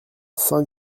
saint